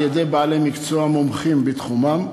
על-ידי בעלי מקצוע מומחים בתחומם,